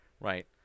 right